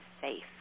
safe